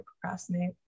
procrastinate